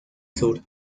sur